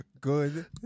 good